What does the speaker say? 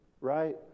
right